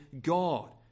God